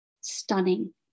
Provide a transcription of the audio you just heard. stunning